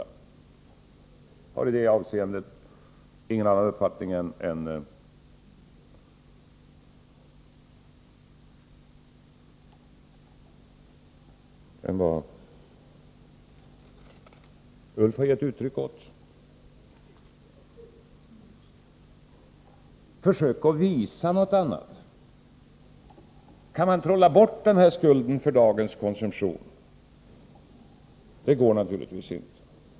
Jag har i det avseendet ingen annan uppfattning än den Ulf Adelsohn gett uttryck åt. Försök visa någonting annat! Kan man trolla bort den här skulden för dagens konsumtion? Det går naturligtvis inte!